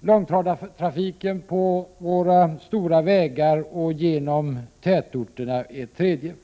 Långtradartrafiken på våra stora vägar och genom tätorter är ett tredje.